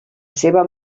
seva